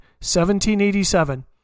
1787